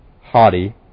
haughty